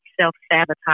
self-sabotage